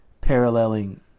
paralleling